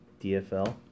DFL